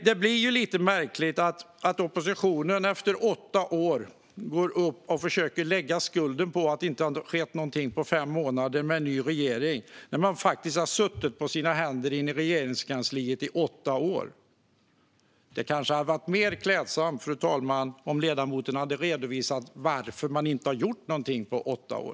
Det är lite märkligt att oppositionen efter åtta år i regeringsställning försöker lägga skulden på den nya regeringen för att det inte har skett någonting sedan den tillträdde för fem månader sedan, när man faktiskt har suttit på sina händer i Regeringskansliet i åtta år. Det hade kanske varit mer klädsamt, fru talman, om ledamoten hade redovisat varför man inte har gjort någonting på åtta år.